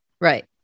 Right